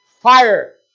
fire